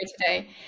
today